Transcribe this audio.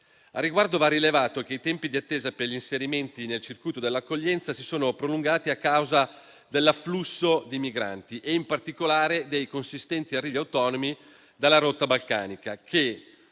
Al riguardo, va rilevato che i tempi d'attesa per gli inserimenti nel circuito dell'accoglienza si sono prolungati a causa dell'afflusso dei migranti e, in particolare, dei consistenti arrivi autonomi dalla rotta balcanica, che